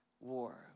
war